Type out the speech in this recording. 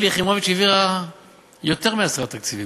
שלי יחימוביץ העבירה יותר מעשרה תקציבים.